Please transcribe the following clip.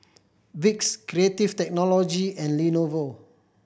Vicks Creative Technology and Lenovo